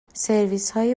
سرویسهای